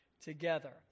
together